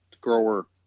grower